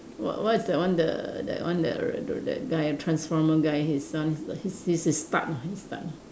what what is that one the that one the the that guy transformer guy his son he's he's he's Stark lah he's Stark lah